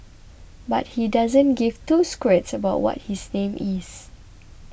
but he doesn't give two squirts about what his name is